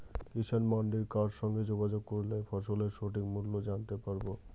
কিষান মান্ডির কার সঙ্গে যোগাযোগ করলে ফসলের সঠিক মূল্য জানতে পারবো?